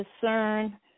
discern